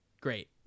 Great